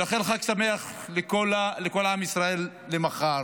ולאחל חג שמח לכל עם ישראל מחר.